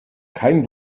kein